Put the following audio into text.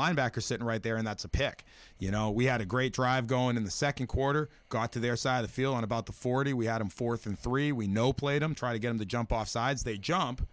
linebacker set right there and that's a pick you know we had a great drive going in the second quarter got to their side the feeling about the forty we had in fourth and three we know play them try to get the jump offsides they jump